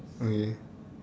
okay